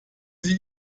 sie